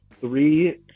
three